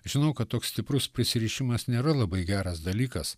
žinau kad toks stiprus prisirišimas nėra labai geras dalykas